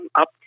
up